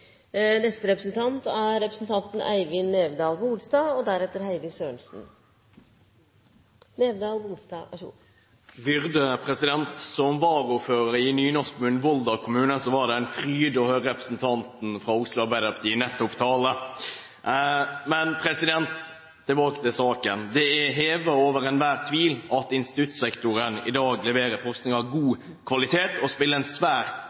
Som varaordfører i nynorskkommunen Volda var det en fryd å høre representanten fra Oslo Arbeiderparti nettopp tale. Men tilbake til saken: Det er hevet over enhver tvil at instituttsektoren i dag leverer forskning av god kvalitet og spiller en svært